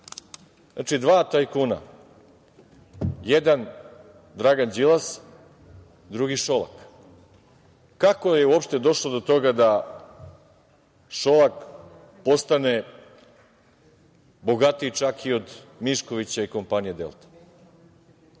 Znači, dva tajkuna, jedan Dragan Đilas, drugi Šolak. Kako je uopšte došlo do toga da Šolak postane bogatiji čak i od Miškovića i od kompanije „Delta“?